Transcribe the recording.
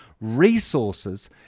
resources